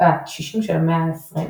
בשנות השישים של המאה העשרים,